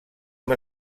amb